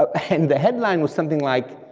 ah and the headline was something like,